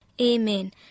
Amen